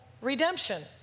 redemption